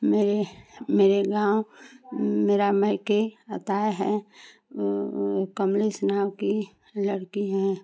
मेरे मेरे गाँव मेरा मायके आता है कमलेश नाम की लड़की है